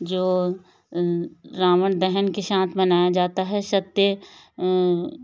जो रावण दहन के साथ मनाया जाता है सत्य